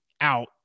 out